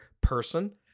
person